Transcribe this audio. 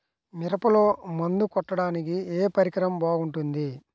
మిరపలో మందు కొట్టాడానికి ఏ పరికరం బాగుంటుంది?